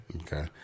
Okay